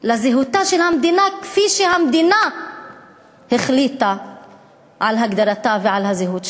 לזהותה של המדינה כפי שהמדינה החליטה על הגדרתה ועל הזהות שלה.